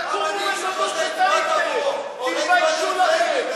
תתביישו לכם,